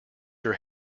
your